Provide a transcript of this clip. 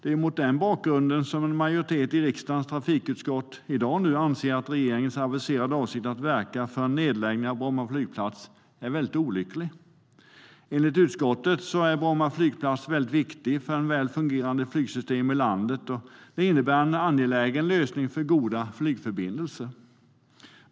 Det är mot den bakgrunden som en majoritet i riksdagens trafikutskott i dag anser att regeringens aviserade avsikt att verka för en nedläggning av Bromma flygplats är mycket olycklig. Enligt utskottet är Bromma flygplats viktig för ett väl fungerande flygsystem i landet och en angelägen lösning vad gäller goda flygförbindelser.